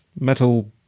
metal